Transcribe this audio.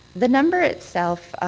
the number itself,